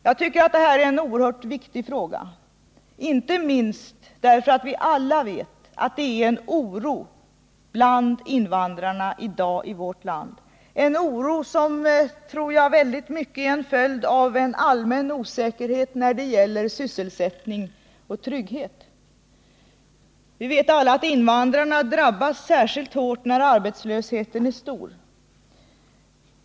Jag tycker att detta är en oerhört viktig fråga, inte minst därför att vi i dag vet att det är oro bland invandrarna i vårt land, en oro som jag tror väldigt mycket är en följd av allmän osäkerhet när det gäller sysselsättning och trygghet. Vi vet alla att invandrarna drabbas särskilt hårt när arbetslösheten är stor.